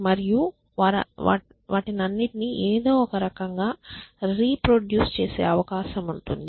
మరియు వారందరికీ ఏదో ఒక రకంగా రీప్రొడ్యూస్ చేసే అవకాశం ఉంటుంది